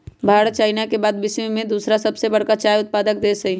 Bharat China के बाद विश्व में दूसरा सबसे बड़का चाय उत्पादक देश हई